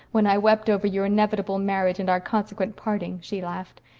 when i wept over your inevitable marriage and our consequent parting, she laughed.